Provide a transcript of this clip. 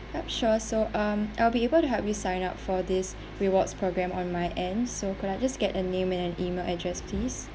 yup sure so um I'll be able to help you sign up for this rewards program on my end so could I just get a name and an email address please